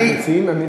ואנחנו מדברים לקיר.